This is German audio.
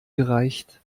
gereicht